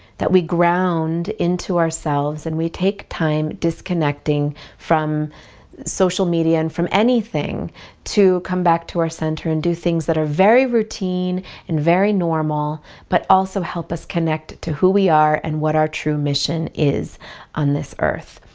that we ground into ourselves and we take time disconnecting from social media and from anything to come back to our center and do things that are very routine and very normal but also help us connect to who we are and what our true mission is on this earth.